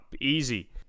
Easy